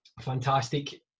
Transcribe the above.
fantastic